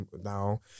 now